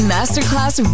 Masterclass